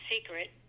secret